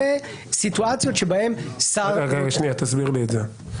וסיטואציות שבהן שר --- תסביר לי את זה.